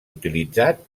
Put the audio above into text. utilitzat